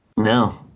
No